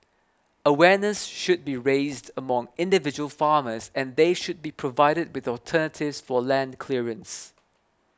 awareness should be raised among individual farmers and they should be provided with alternatives for land clearance